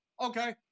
okay